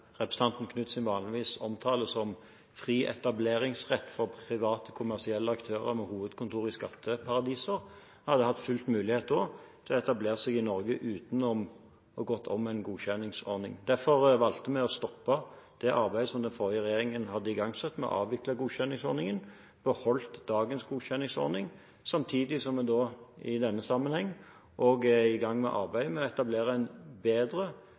representanten Knutsen vanligvis omtaler som «fri etableringsrett for private kommersielle aktører med hovedkontor i skatteparadiser». Alle hadde da hatt full mulighet til å etablere seg i Norge uten å gå om en godkjenningsordning. Derfor valgte vi å stoppe det arbeidet som den forrige regjeringen hadde igangsatt med å avvikle godkjenningsordningen, og beholde dagens godkjenningsordning, samtidig som vi i denne sammenheng også er i gang med arbeidet med å etablere en bedre,